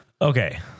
okay